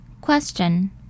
Question